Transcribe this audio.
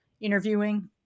interviewing